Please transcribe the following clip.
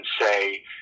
say